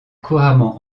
couramment